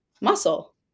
Muscle